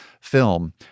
film